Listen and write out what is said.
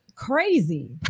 Crazy